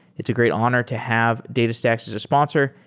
it's a great honor to have datastax as a sponsor,